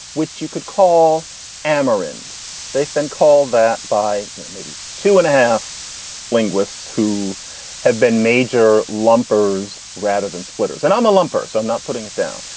which you could call ammer, and they've been called that by you know maybe two and a half linguists who have been major lumpers rather than splitters. and i'm a lumper so i'm not putting it down,